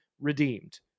redeemed